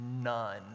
none